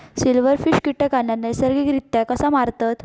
Silverfish कीटकांना नैसर्गिकरित्या कसा मारतत?